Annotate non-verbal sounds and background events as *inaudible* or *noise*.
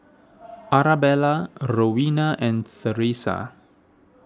*noise* Arabella Rowena and theresa